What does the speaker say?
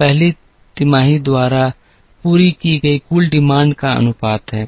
पहली तिमाही द्वारा पूरी की गई कुल माँग का अनुपात है